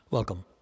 Welcome